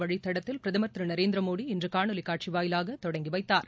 வழித்தடத்தில் பிரதமா் திரு நரேந்திர மோடி இன்று காணொலி காட்சி வாயிலாக தொடங்கி வைத்தார்